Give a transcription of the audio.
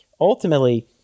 ultimately